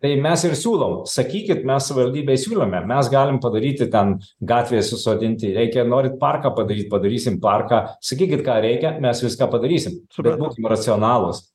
tai mes ir siūlom sakykit mes savivaldybei siūlėme mes galim padaryti ten gatvėj susodinti reikia norit parką padaryt padarysim parką sakykit ką reikia mes viską padarysim bet būkim racionalūs